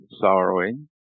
sorrowing